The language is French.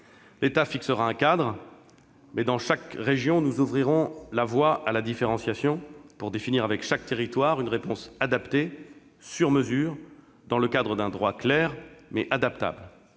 L'État fixera un cadre, mais, dans chaque région, nous ouvrirons la voie à la différenciation, pour définir avec chaque territoire une réponse adaptée, sur mesure, dans le cadre d'un droit clair, mais adaptable.